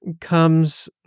comes